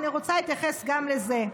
אני רוצה להתייחס גם לזה.